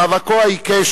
מאבקו העיקש,